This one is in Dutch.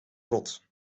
rot